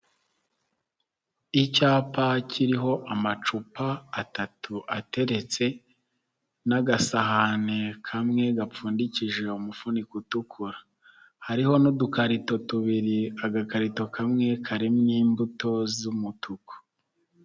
Icyapa kiriho amacupa atatu ateretse n'agasahane kamwe gapfundikije umufuniko utukura, hariho n'udukarito tubiri agakarito kamwe karimo imbuto z'umutuku.